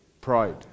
Pride